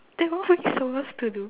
then wha~ how we supposed to do